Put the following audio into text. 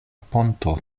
ponto